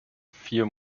vier